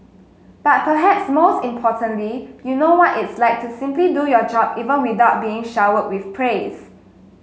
but perhaps most importantly you know what it's like to simply do your job even without being showered with praise